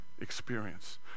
experience